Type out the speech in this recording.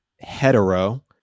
hetero